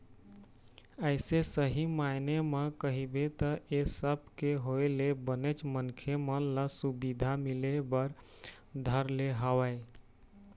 अइसे सही मायने म कहिबे त ऐ सब के होय ले बनेच मनखे मन ल सुबिधा मिले बर धर ले हवय